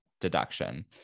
deduction